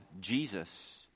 Jesus